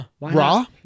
Raw